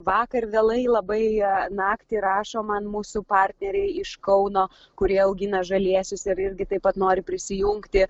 vakar vėlai labai naktį rašo man mūsų partneriai iš kauno kurie augina žalėsius ir irgi taip pat nori prisijungti